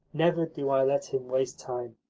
never do i let him waste time.